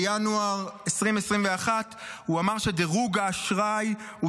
בינואר 2021 הוא אמר שדירוג האשראי הוא